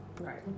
Right